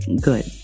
Good